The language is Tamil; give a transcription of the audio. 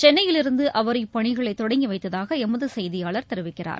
சென்னையிலிருந்து அவர் இப்பணிகளை தொடங்கி வைத்ததாக எமது செய்தியாளர் தெரிவிக்கிறார்